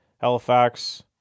Halifax